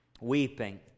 weeping